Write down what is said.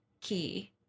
key